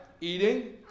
Eating